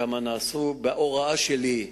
כמה נאספו בהוראה שלי,